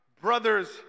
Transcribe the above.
brother's